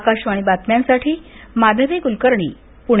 आकाशवाणी बातम्यांसाठी माधवी कुलकर्णी पुणे